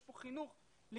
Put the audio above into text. יש פה חינוך לגזענות,